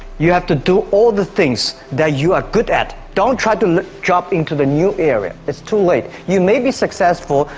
you have to do all the things that you are good at don't try to drop into the new area it's too late you may be successful,